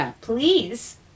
Please